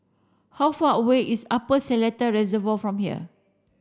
how far away is Upper Seletar Reservoir from here